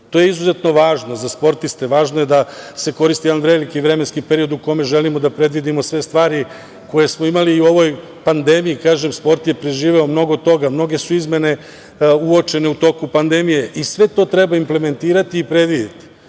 To je izuzetno važno za sportiste, važno je da se koristi jedan veliki vremenski period u kome želimo da predvidimo sve stvari koje smo imali i u ovoj pandemiji. Kažem, sport je preživeo mnogo toga, mnoge su izmene uočene u toku pandemije i sve to treba implementirati i predvideti. Posebno